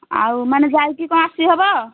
ଆଉ ମାନେ ଯାଇକି କ'ଣ ଆସି ହେବ